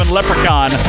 Leprechaun